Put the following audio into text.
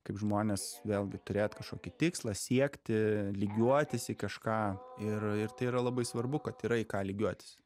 kaip žmonės vėlgi turėt kažkokį tikslą siekti lygiuotis į kažką ir ir tai yra labai svarbu kad yra į ką lygiuotis